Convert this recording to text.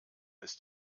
ist